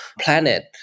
planet